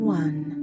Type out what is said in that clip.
one